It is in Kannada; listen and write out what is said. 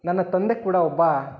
ನನ್ನ ತಂದೆ ಕೂಡ ಒಬ್ಬ